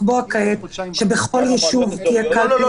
לקבוע כעת שבכל ישוב תהיה קלפי זה לא נכון.